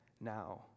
now